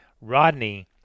Rodney